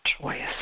choice